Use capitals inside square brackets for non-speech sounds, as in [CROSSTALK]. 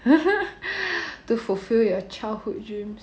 [LAUGHS] to fulfil your childhood dreams